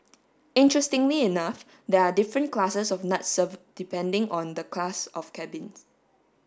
interestingly enough there are different classes of nuts served depending on the class of cabins